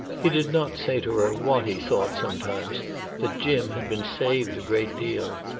he did not say to her what he thought sometimes that jim had been saved a great deal.